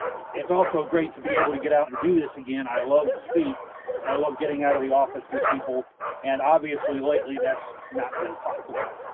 it's also great to be able to get out and do this again. i love to speak and i love getting out of the office with people and obviously, lately, that's not been possible,